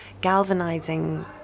galvanizing